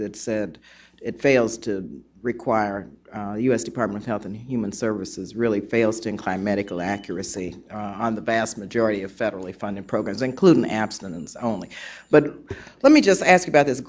that said it fails to require us department health and human services really fails to incline medical accuracy on the vast majority of federally funded programs including abstinence only but let me just ask about this